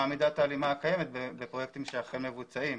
מה מידת ההלימה הקיימת בפרויקטים שאכן מבוצעים,